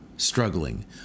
Struggling